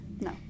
no